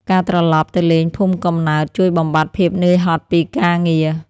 ការត្រឡប់ទៅលេងភូមិកំណើត ជួយបំបាត់ភាពហត់នឿយពីការងារ។